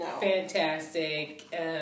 fantastic